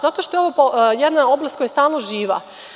Zato što je ovo jedna oblast koja je stalno živa.